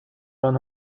run